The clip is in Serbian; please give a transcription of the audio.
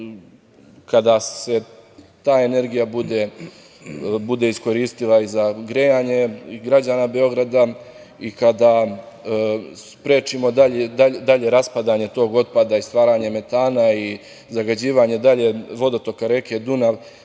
kada se ta energija bude iskoristila i za grejanje i građana Beograda i kada sprečimo dalje raspadanje tog otpada i stvaranje metana i zagađivanje dalje vodotoka reke Dunav,